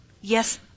yes